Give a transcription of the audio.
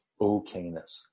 okayness